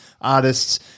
artists